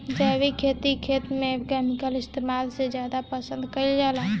जैविक खेती खेत में केमिकल इस्तेमाल से ज्यादा पसंद कईल जाला